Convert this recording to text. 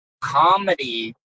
comedy